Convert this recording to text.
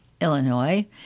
Illinois